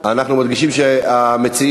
היו שם המלצות,